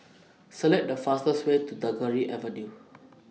Select The fastest Way to Tagore Avenue